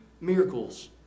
miracles